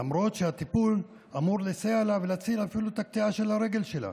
למרות שהטיפול אמור לסייע לה ולהציל אפילו את הקטיעה של הרגל שלה.